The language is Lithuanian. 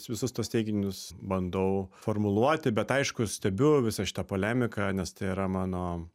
visus tuos teiginius bandau formuluoti bet aišku stebiu visą šitą polemiką nes tai yra mano